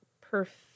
perfect